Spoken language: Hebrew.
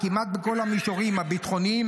כמעט בכל המישורים: הביטחוניים,